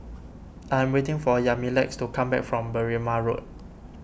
I am waiting for Yamilex to come back from Berrima Road